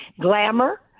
glamour